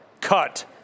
cut